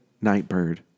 Nightbird